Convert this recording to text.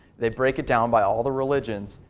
they break it down by all the religions.